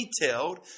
detailed